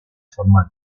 formal